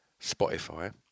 Spotify